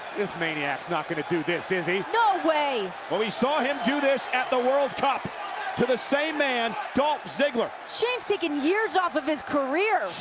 this maniac's not gonna do this, is he? no way but we saw him do this at the world cup to the same man, dolph ziggler. shane's taken years off of his career